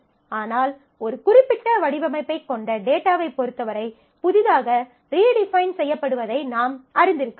ஆனால் ஒரு குறிப்பிட்ட வடிவமைப்பைக் கொண்ட டேட்டாவைப் பொறுத்தவரை புதிதாக ரீடிஃபைன் செய்யப்படுவதை நாம் அறிந்திருக்க வேண்டும்